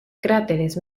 cráteres